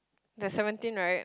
there's seventeen right